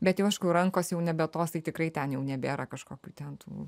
bet jau aišku rankos jau nebe tos tai tikrai ten jau nebėra kažkokių ten tų